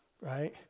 right